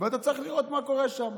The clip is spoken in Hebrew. אתה צריך לראות מה קורה שם.